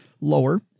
lower